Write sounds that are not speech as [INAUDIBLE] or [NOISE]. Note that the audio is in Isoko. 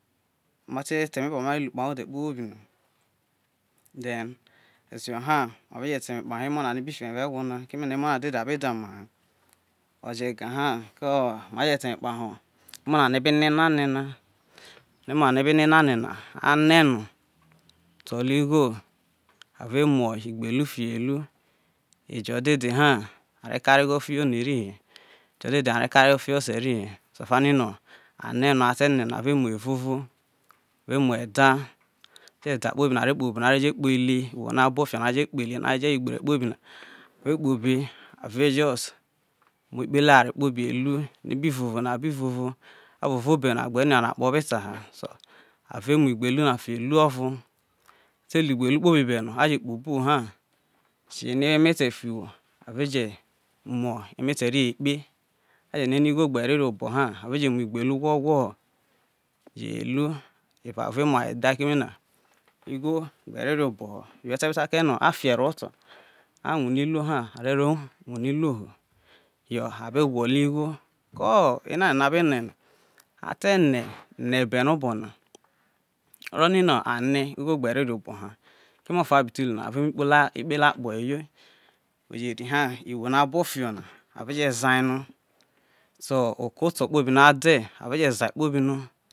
[UNINTELLIGIBLE] ma te ta eme kpahe ode kpobi no then esejo ha mave je ta kpahe emo na no ibi fi emo hoto evao egwo no keme na emo na dede a be dhoma ha, oje ga ha ma je ta eme kpahe emo na no ebe no enane na emona no ebe ne enane na, ane no tolo igho a ve muo igbelu fiho elu ejo dede ha a re kare ghe fiho oni ri hi ejo re re kareghe fiho ose rihi ino a neno a te ne no ave muho evovo are maho eda, ate da kpobi no are kpo obo no a re je kpo ite, oria no abo fiho no are jo kpe ile je wo igbere kpobi a vejust kpo obe ave muo ikpele oware kpobi ehi eni a bi vovo na abi vovo a vovo beno aabe no oware no akpo obe ta ha a ve mu igbelu na fiho elu ovo, ate mu igbelu ri kpobi be no aje kpo obuwo na esi eno ewo emete fiho uwo ave je mu emete ri ekpe aje rue no igho gbe re ri obo ha ave je mu igbelu gwogwoho elu eva ve mua edha keme na igho gbe ro iri oboho yo we te be ta kie no a fi ero hoto awune iruo ha a re ro wune iruo yo abe gwolo igho ko enane no abe ne na a te ne nebe no obo na oronino a ne igho gbe ro ki obo ha keme ofa abiti lu na ave mu ikpele akpo eyo, we je ri ha iwo no abo fiho na ave je zai no to oko oto kpobi na de ave zai kpobi no.